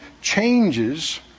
changes